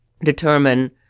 determine